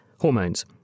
hormones